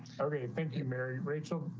okay, thank you. mary, rachel.